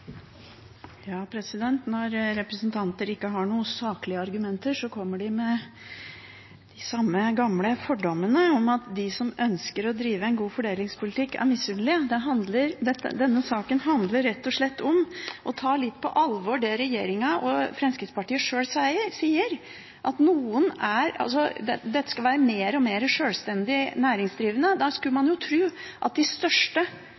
Når representanter ikke har noen saklige argumenter, kommer de med de samme gamle fordommene om at de som ønsker å drive en god fordelingspolitikk, er misunnelige. Denne saken handler rett og slett om å ta litt på alvor det regjeringen og Fremskrittspartiet sjøl sier – at dette skal være mer og mer sjølstendig næringsdrivende. Da skulle man jo tro at de største